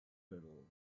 puddle